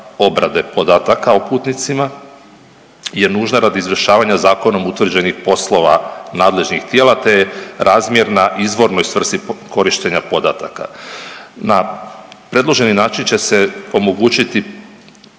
obrade podataka o putnicima je nužna radi izvršavanja zakonom utvrđenih poslova nadležnih tijela te je nadležan izvornoj svrsi korištenja podataka. Na predloženi način će se omogućiti